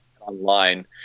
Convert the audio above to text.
online